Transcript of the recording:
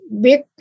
big